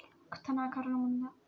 తనఖా ఋణం ఉందా?